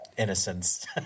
innocence